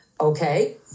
Okay